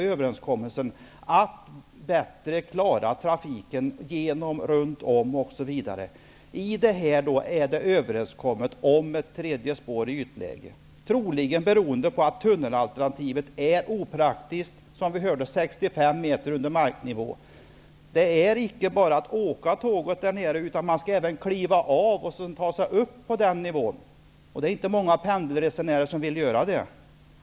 För att bättre klara av trafiken har man i Dennispaketet kommit överens om ett tredje spår i ytläge, troligen beroende på att tunnelalternativet är opraktiskt, med tunneln 65 meter under marknivå. Det är inte bara fråga om att åka tåg, utan man måste också kliva av och ta sig upp till marknivå. Det är inte många pendelresenärer som vill göra det.